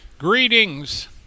Greetings